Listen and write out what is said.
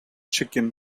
chicken